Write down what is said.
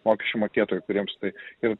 mokesčių mokėtojų kuriems tai ir